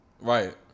Right